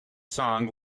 song